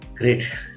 great